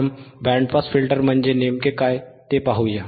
प्रथम band pass filter म्हणजे नेमके काय ते पाहूया